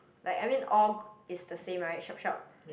like I mean all is the same right sharp sharp